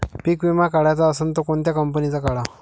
पीक विमा काढाचा असन त कोनत्या कंपनीचा काढाव?